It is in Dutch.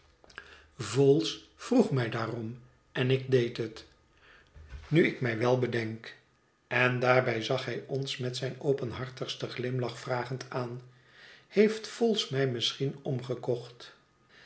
vholes vroeg mij daarom en ik deed het nu ik mij wel bedenk en daarbij zag hij ons met zijn openhartigsten glimlach vragend aan heeft vholes mij misschien omgekocht